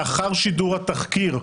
לאחר שידור התחקיר,